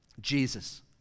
Jesus